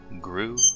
grew